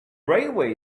railway